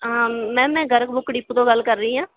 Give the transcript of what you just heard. ਹਾਂ ਮੈਮ ਮੈਂ Garg book depot ਤੋਂ ਗੱਲ ਕਰ ਰਹੀ ਹਾਂ